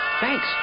Thanks